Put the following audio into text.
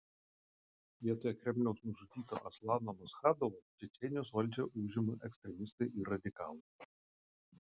vietoje kremliaus nužudyto aslano maschadovo čečėnijos valdžią užima ekstremistai ir radikalai